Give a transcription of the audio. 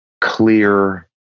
clear